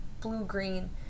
blue-green